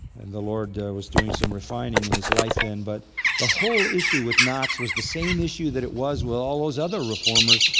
and the lord was doing some refining in his life then, but the whole issue with knox was the same issue that it was with all those other reformers.